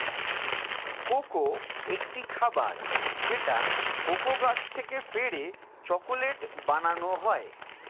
cocoa একটি খাবার যেটা কোকো গাছ থেকে পেড়ে চকলেট বানানো হয়